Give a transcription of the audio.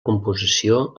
composició